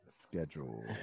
schedule